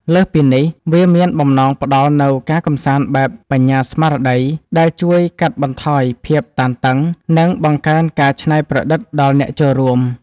លើសពីនេះ វាមានបំណងផ្ដល់នូវការកម្សាន្តបែបបញ្ញាស្មារតី ដែលជួយកាត់បន្ថយភាពតានតឹង និងបង្កើនការច្នៃប្រឌិតដល់អ្នកចូលរួម។